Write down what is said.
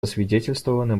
засвидетельствованы